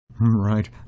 Right